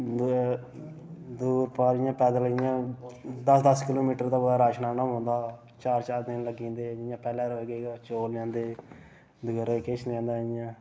दूए दूर पार इ'यां पैदल इ'यां दस दस किलोमीटर परां इ'यां राशन आहन्ना पौंदा हा चार चार दिन लग्गी जंदे हे इ'यां पैह्ले रोज गे कुतै चौल लेई आंह्दे दूई बारी होर किश लेई आंह्दा इ'यां